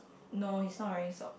no he's not wearing socks